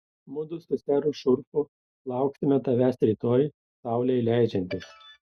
mudu su seru šurfu lauksime tavęs rytoj saulei leidžiantis